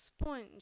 sponge